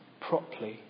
properly